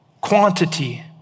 quantity